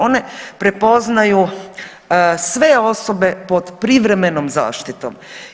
One prepoznaju sve osobe pod privremenom zaštitom.